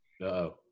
Uh-oh